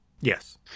Yes